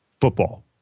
football